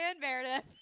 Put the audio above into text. Meredith